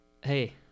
Hey